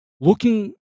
looking